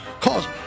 cause